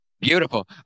Beautiful